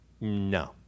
No